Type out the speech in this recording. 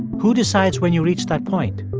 who decides when you reach that point?